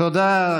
תודה.